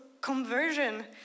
conversion